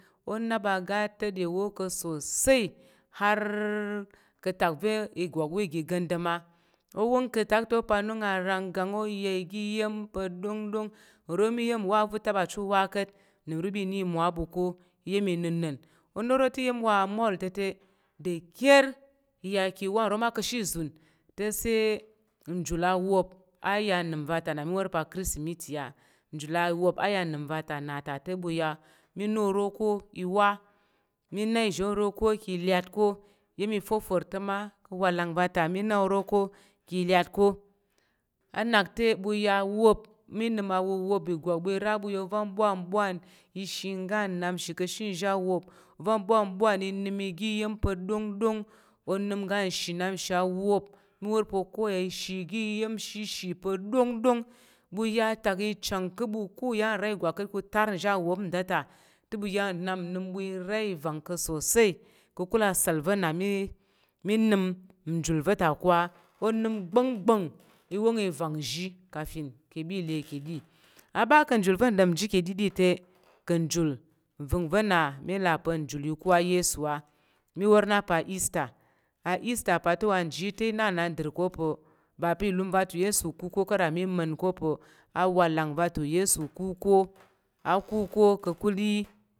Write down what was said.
O nap oga tede wo pa̱ sosai har ìgwak wo igi gandama o wong ka̱ tak ta o ranggang o ya igi iya̱m pa̱ ɗongɗong nro ma iya̱m nwa va nu ta ba chit u wa ka̱t, unəm i ɓi na imwa a ɓu ko iya̱m nəna̱n. O noro te iya̱m wa amolt ta̱ te deker ki i ya ki wa nro ma ka̱she izun te sai njul a wop a ya nəm va ta na mi wor pa̱ akritimiti a njul awop a ya anəm va ta na ta te ɓu ya mí na oro ko i wa mí na izhe oro ko ki ilyat ko iya̱m iforfor te ma ka̱ awalang va ta na mí na oro ko ki lyat ko. A nak te ɓu ya awop mí nəm a wuwop igwak ɓu i ra ɓu ya ovan bwanbwan ishi ngga nnap nshi ka̱she nzhi awop. Ovan bwanbwan i nəm igi iya̱m pa̱ ɗongɗong, onəm oga nshi nnap nshi awop mí wor pa̱ okoya ishi igi iya̱m shishi pa̱ ɗongɗong ɓu ya tak i chang ka̱ ɓu ko u ya ka̱ nra ìgwak ka̱t ku tar nzhi awop nda ta bu ya nnap nəm ɓu i ra i vang pa̱ sosai. Ka̱kul asa̱l va̱ na mí mí nəm njul va̱ ta ko á. Onəm gba̱nggba̱ng i wong i vang nzhi ka fin ki i ɓi i le ki ɗi. A ɓa ka̱ njul va̱ n ɗom ji ki ɗiɗi te ka̱ njul nvəng va̱ na mí là pa̱ njul ikú ayesu á. Mí wor na pa̱ aista, aista pa te wa nji yi te na nnandər ko pa̱ ba pi ilum va ta uyesu kú ko ka̱t ama i ma̱n ko pa̱ awalang va ta uyesu kú ko, akú ka̱ ka̱kul yi